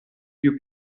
più